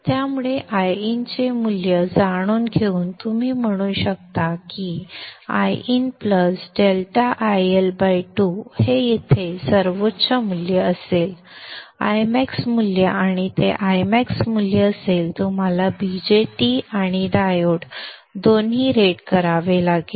त्यामुळे Iin चे मूल्य जाणून घेऊन तुम्ही म्हणू शकता की Iin ∆ IL 2 हे येथे सर्वोच्च मूल्य असेल Imax मूल्य आणि ते Imax मूल्य असेल तुम्हाला BJT आणि डायोड दोन्ही रेट करावे लागतील